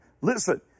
listen